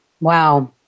Wow